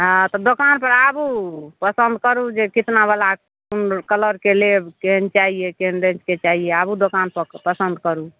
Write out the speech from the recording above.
हँ तऽ दोकानपर आबू पसन्द करू जे कतनावला कोन कलरके लेब केहन चाही केहन रेटके चाही आबू दोकानपर पसन्द करू